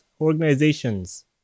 organizations